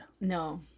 No